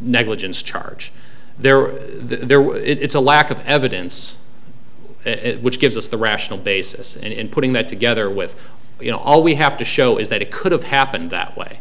negligence charge there or there were it's a lack of evidence which gives us the rational basis and putting that together with you know all we have to show is that it could have happened that way